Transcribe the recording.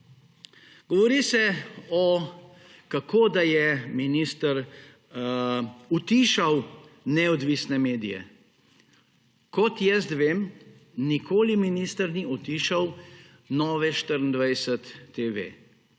Govori se, kako da je minister utišal neodvisne medije. Kot vem, nikoli minister ni utišal Nove24TV,